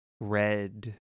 red